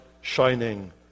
shining